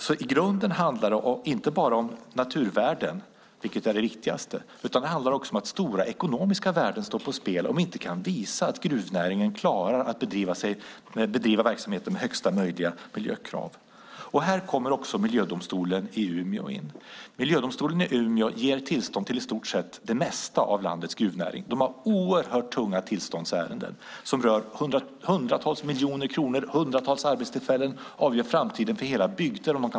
I grunden handlar det här inte bara om naturvärden - det viktigaste - utan det handlar också om att stora ekonomiska värden står på spel om vi inte kan visa att gruvnäringen klarar att driva verksamheten med högsta möjliga miljökrav. Här kommer också Miljödomstolen i Umeå in. Miljödomstolen i Umeå ger tillstånd till i stort sett det mesta av landets gruvnäring. De har oerhört tunga tillståndsärenden som rör hundratals miljoner kronor och hundratals arbetstillfällen. Man avgör framtiden för hela bygder.